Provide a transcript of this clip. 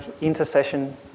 intercession